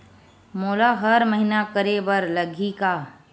मोला हर महीना करे बर लगही का?